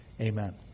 Amen